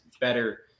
better